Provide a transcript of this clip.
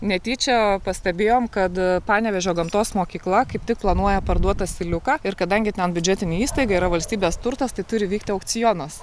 netyčia pastebėjom kad panevėžio gamtos mokykla kaip tik planuoja parduot asiliuką ir kadangi ten biudžetinė įstaiga yra valstybės turtas tai turi vykti aukcionas